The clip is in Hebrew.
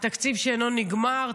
התקציב שאינו נגמר.